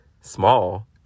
small